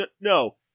No